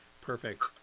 perfect